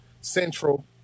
Central